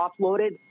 offloaded